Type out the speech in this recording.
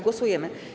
Głosujemy.